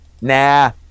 nah